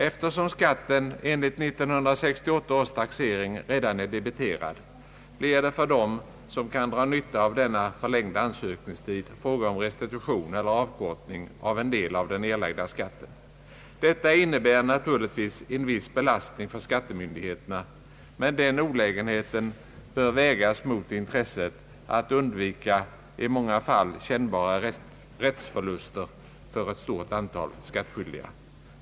Eftersom skatten enligt 1968 års taxering redan är debiterad blir det för dem som kan dra nytta av en sådan förlängd ansökningstid fråga om restitution eller avkortning av en del av skatten. Detta innebär naturligtvis en viss belastning för skattemyndigheterna, men den olägenheten bör vägas mot intresset att undvika i många fall kännbara rättsförluster för ett stort antal skattskyldiga.